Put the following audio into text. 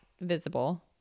visible